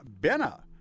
Benna